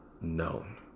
known